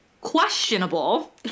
questionable